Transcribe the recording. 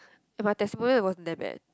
if my testimonial was damn bad